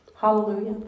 Hallelujah